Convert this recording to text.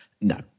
no